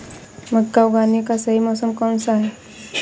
मक्का उगाने का सही मौसम कौनसा है?